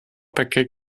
paquets